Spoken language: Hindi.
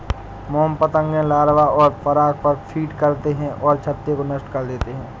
मोम पतंगे लार्वा और पराग पर फ़ीड करते हैं और छत्ते को नष्ट कर देते हैं